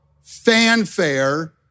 fanfare